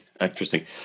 Interesting